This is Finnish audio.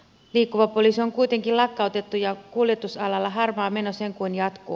liikkuva poliisi on kuitenkin lakkautettu ja kuljetusalalla harmaa meno sen kuin jatkuu